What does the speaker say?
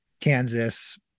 Kansas